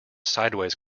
sideways